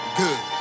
good